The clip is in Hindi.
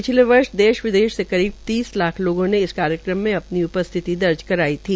पिछले वर्ष देश विदेश से करीब तीस लाख लोगों ने इस कार्यक्रम में अपनी उपस्थिति दर्जकराई थी